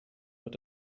mit